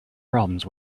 problems